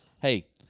Hey